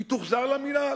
היא תוחזר למינהל.